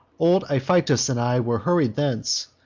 old iphitus and i were hurried thence,